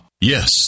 Yes